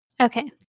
Okay